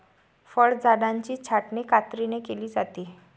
फळझाडांची छाटणी कात्रीने केली जाते